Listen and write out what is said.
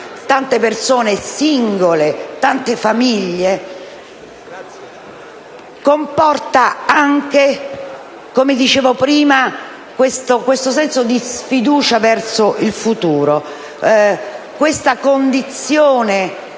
tante persone singole e tante famiglie, comportano altresì, come dicevo prima, un senso di sfiducia verso il futuro. La condizione